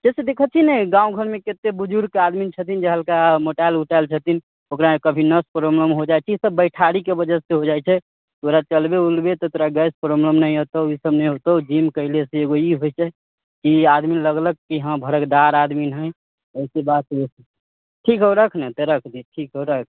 देखे छियै नहि गाँव घरमे कतेक बुजुर्ग आदमी छथिन जे हल्का मोटायल उटायल छथिन ओकरा कभी नस प्रॉब्लम हो जाइ छै ईसबभ बैठारीके वजहसँ हो जाइ छै थोड़ा चलबे उलबे तऽ तोरा गैस प्रॉब्लम नहि होतौ ईसभ नहि होतौ जिम कयलेसँ एगो ई होइ छै कि आदमी लगलक कि हँ भड़कदार आदमी हइ ओहिके बाद ठीक हइ रख ने तऽ रख दे ठीक हइ रख